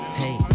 hey